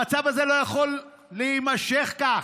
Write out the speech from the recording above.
המצב הזה לא יכול להימשך כך.